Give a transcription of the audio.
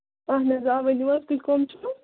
اَہَن حظ آ ؤنِو حظ تُہۍ کٕم چھِو